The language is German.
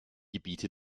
gebiete